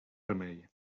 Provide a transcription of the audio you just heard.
remei